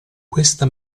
questa